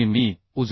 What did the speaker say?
मी